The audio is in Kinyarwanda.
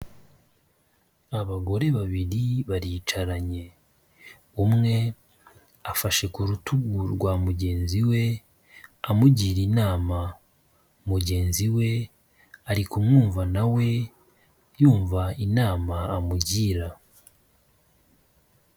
Abagore babiri baricaranye, umwe afashe ku rutugu rwa mugenzi we, amugira inama mugenzi we arikumwumva na we yumva inama amugira.